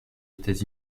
états